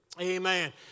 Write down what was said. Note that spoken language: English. Amen